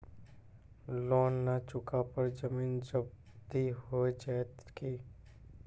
Loan न चुका पर जमीन जब्ती हो जैत की?